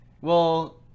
well-